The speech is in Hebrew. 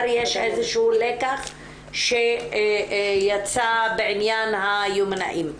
יש איזשהו לקח שייצא בעניין היומנאים.